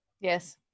Yes